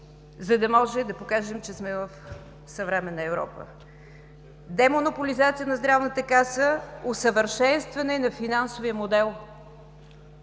за да може да покажем, че сме в съвременна Европа. На второ място, демонополизация на Здравната каса, усъвършенстване на финансовия модел.